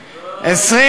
או,